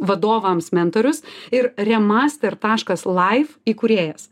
vadovams mentorius ir remaster taškas laif įkūrėjas